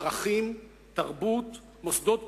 ערכים, תרבות, מוסדות פוליטיים,